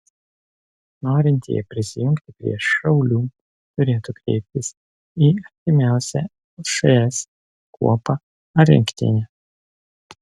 norintieji prisijungti prie šaulių turėtų kreiptis į artimiausią lšs kuopą ar rinktinę